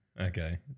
Okay